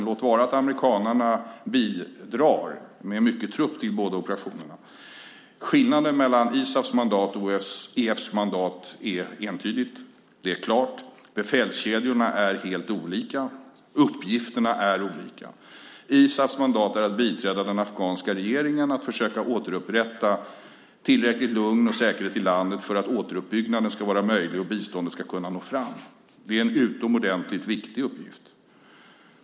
Låt vara att amerikanerna bidrar med mycket trupp till båda operationerna, men jag kan bara konstatera att skillnaden mellan ISAF:s och OEF:s mandat är klar och entydig. Befälskedjorna är helt olika och uppgifterna är olika. ISAF:s mandat är att biträda den afghanska regeringen och att försöka återupprätta tillräckligt med lugn och säkerhet i landet för att återuppbyggnaden ska vara möjlig och biståndet ska kunna nå fram. Det är en utomordentligt viktig uppgift.